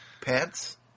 Pants